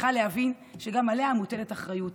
צריכה להבין שגם עליה מוטלת אחריות